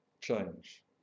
change